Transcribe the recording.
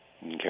Okay